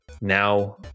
now